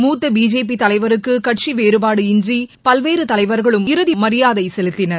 மூத்த பிஜேபி தலைவருக்கு கட்சி வேறுபாடின்றி பல்வேறு தலைவர்களும் இறுதி மரியாதை செலுத்தினர்